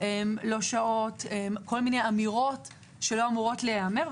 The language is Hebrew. לא שעות, אמירות שלא אמורות להיאמר.